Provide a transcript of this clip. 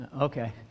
okay